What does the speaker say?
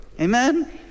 amen